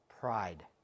Pride